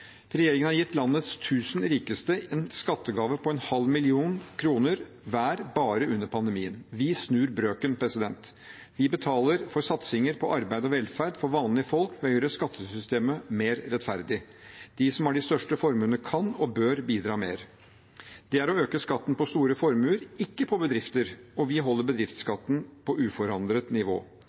Regjeringen har gitt landets 1 000 rikeste en skattegave på en halv million kroner hver bare under pandemien. Vi snur brøken. Vi betaler for satsinger på arbeid og velferd for vanlige folk ved å gjøre skattesystemet mer rettferdig. De som har de største formuene, kan og bør bidra mer. Det er å øke skatten på store formuer, ikke på bedrifter. Vi holder bedriftsskatten på uforandret nivå.